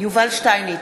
יובל שטייניץ,